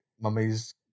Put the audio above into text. Mummy's